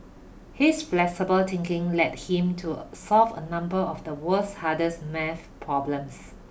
his flexible thinking led him to solve a number of the world's hardest math problems